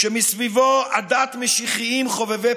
על חשבון